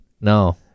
no